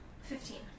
Fifteen